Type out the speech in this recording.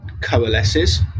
coalesces